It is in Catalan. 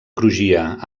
crugia